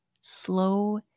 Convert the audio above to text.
Slow